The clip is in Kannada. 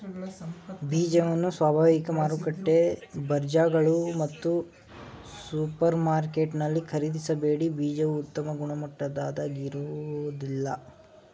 ಬೀಜವನ್ನು ಸ್ವಾಭಾವಿಕ ಮಾರುಕಟ್ಟೆ ಬಜಾರ್ಗಳು ಮತ್ತು ಸೂಪರ್ಮಾರ್ಕೆಟಲ್ಲಿ ಖರೀದಿಸಬೇಡಿ ಬೀಜವು ಉತ್ತಮ ಗುಣಮಟ್ಟದಾಗಿರೋದಿಲ್ಲ